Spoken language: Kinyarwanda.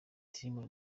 team